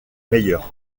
mayer